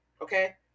Okay